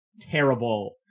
terrible